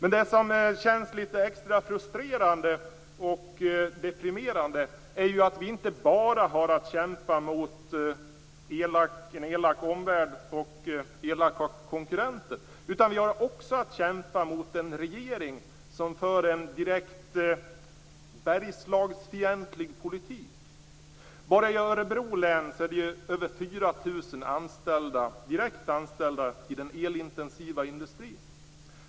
Något som känns extra frustrerande och deprimerande är att vi har att kämpa inte bara emot en elak omvärld och elaka konkurrenter utan också mot en regering som för en direkt bergslagsfientlig politik. Bara i Örebro län finns det över 4 000 direkt anställda i den elintensiva industrin.